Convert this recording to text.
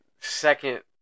Second